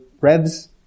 revs